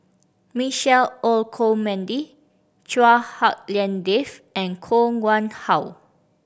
Michael Olcomendy Chua Hak Lien Dave and Koh Nguang How